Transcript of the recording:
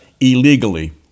illegally